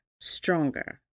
stronger